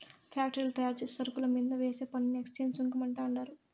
ఫ్యాక్టరీల్ల తయారుచేసే సరుకుల మీంద వేసే పన్నుని ఎక్చేంజ్ సుంకం అంటండారు